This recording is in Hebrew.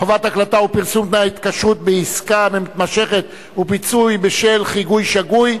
חובת הקלטה ופרסום תנאי התקשרות בעסקה מתמשכת ופיצוי בשל חיוב שגוי),